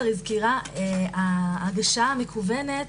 ההגשה המקוונת